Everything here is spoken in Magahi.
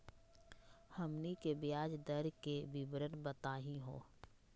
हमनी के ब्याज दर के विवरण बताही हो?